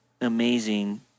amazing